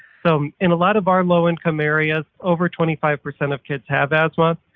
so in a lot of our low-income areas, over twenty five percent of kids have asthma.